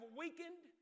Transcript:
weakened